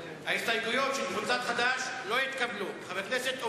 ההסתייגויות של קבוצת סיעת חד"ש לסעיף 07,